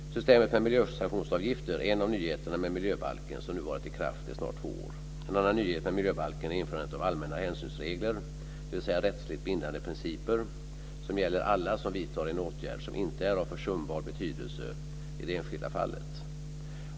Systemet med miljösanktionsavgifter är en av nyheterna med miljöbalken som nu varit i kraft i snart två år. En annan nyhet med miljöbalken är införandet av allmänna hänsynsregler - dvs. rättsligt bindande principer - som gäller alla som vidtar en åtgärd som inte är av försumbar betydelse i det enskilda fallet.